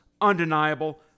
Undeniable